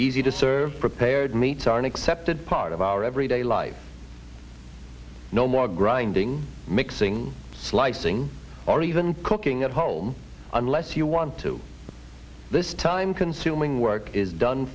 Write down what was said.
easy to serve prepared meats are an accepted part of our everyday life no more grinding mixing slicing or even cooking at home unless you want to this time consuming work is done